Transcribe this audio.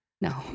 No